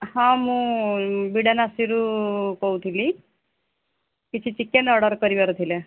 ହଁ ମୁଁ ବିଡ଼ାନାସୀରୁ କହୁଥିଲି କିଛି ଚିକେନ୍ ଅର୍ଡ଼ର କରିବାର ଥିଲା